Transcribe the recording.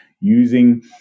using